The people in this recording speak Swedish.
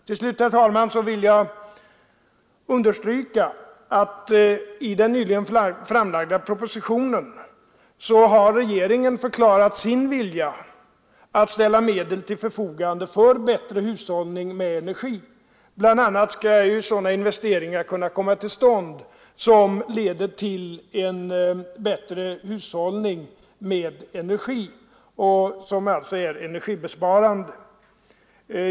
Till slut, herr talman, vill jag understryka att i den nyligen framlagda propositionen har regeringen förklarat sin vilja att ställa medel till förfogande för bättre hushållning med energi, och bl.a. skall ju sådana investeringar kunna komma till stånd som är energibesparande.